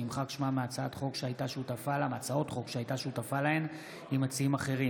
נמחק שמה מהצעות חוק שהייתה שותפה להן עם מציעים אחרים.